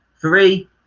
three